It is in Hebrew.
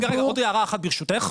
עוד הערה אחת ברשותך.